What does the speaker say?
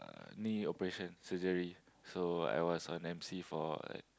uh knee operation surgery so I was on m_c for like